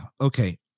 Okay